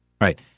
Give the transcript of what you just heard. Right